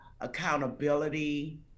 accountability